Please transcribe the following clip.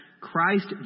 Christ